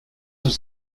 was